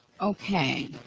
Okay